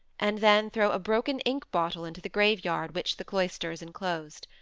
and then throw a broken ink-bottle into the graveyard which the cloisters enclosed.